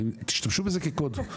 תשתמשו בזה כקוד.